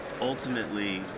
ultimately